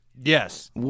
Yes